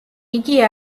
იგი